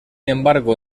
embargo